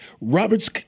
Roberts